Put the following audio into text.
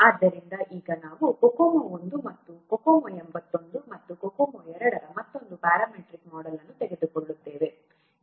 ಆದ್ದರಿಂದ ಈಗ ನಾವು COCOMO 1 ಮತ್ತು COCOMO 81 ಮತ್ತು COCOMO II ರ ಮತ್ತೊಂದು ಪ್ಯಾರಾಮೆಟ್ರಿಕ್ ಮೋಡೆಲ್ ಅನ್ನು ತೆಗೆದುಕೊಳ್ಳುತ್ತೇವೆ